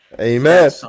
Amen